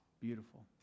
Beautiful